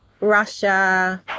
Russia